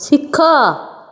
ଶିଖ